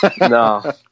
no